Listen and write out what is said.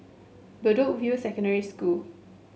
Bedok View Secondary School